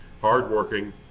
Hardworking